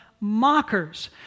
mockers